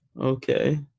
Okay